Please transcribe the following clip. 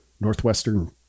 Northwestern